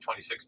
2016